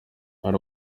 hari